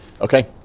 Okay